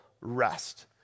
rest